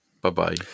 Bye-bye